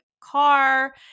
car